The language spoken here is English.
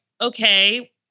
okay